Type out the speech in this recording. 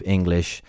English